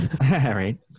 right